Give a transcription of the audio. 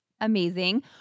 amazing